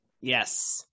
Yes